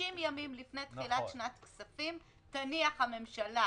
60 ימים לפני תחילת שנת כספים תניח הממשלה